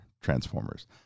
Transformers